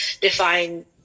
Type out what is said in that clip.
define